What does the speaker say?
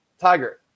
tiger